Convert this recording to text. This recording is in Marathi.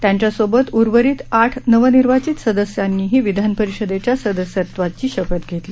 त्यांच्यासोबत उर्वरित आठ नवनिर्वाचित सदस्यांनीही विधान परिषदेच्या सदस्यत्वाची शपथ घेतली